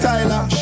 Tyler